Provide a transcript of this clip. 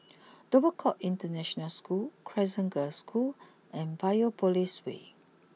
Dover court International School Crescent Girls' School and Biopolis way